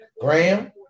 Graham